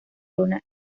lona